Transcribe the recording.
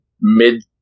mid